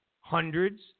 hundreds